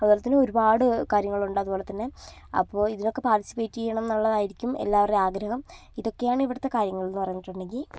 അതുപോലെതന്നെ ഒരുപാട് കാര്യങ്ങളുണ്ട് അതുപോലെതന്നെ അപ്പോൾ ഇതിനൊക്കെ പാർട്ടിസിപ്പേറ്റ് ചെയ്യണമെന്നുള്ളതായിരിക്കും എല്ലാവരുടെയും ആഗ്രഹം ഇതൊക്കെയാണ് ഇവിടുത്തെ കാര്യങ്ങൾ എന്ന് പറഞ്ഞിട്ടുണ്ടെങ്കിൽ